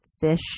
fish